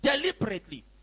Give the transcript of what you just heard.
Deliberately